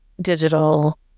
digital